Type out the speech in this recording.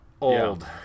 old